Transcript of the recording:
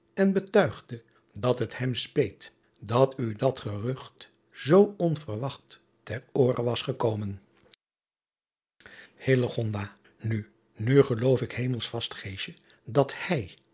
en betuigde dat het hem speet dat u dat gerucht zoo onverwacht ter oore was gekomen u nu geloof ik hemels vast dat hij